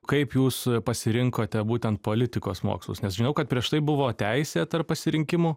kaip jūs pasirinkote būtent politikos mokslus nes žinau kad prieš tai buvo teisė tarp pasirinkimų